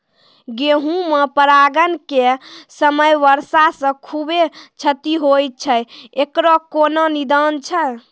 गेहूँ मे परागण के समय वर्षा से खुबे क्षति होय छैय इकरो कोनो निदान छै?